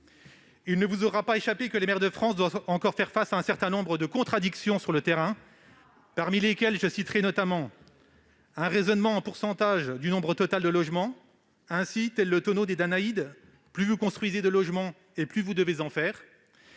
Il ne vous aura pas échappé que les maires de France doivent encore faire face à un certain nombre de contradictions sur le terrain ... Ah ? Parmi elles, je citerai le raisonnement en pourcentage du nombre total de logements, qui a pour effet, tel le tonneau des Danaïdes, que plus vous construisez de logements, plus vous devez en produire.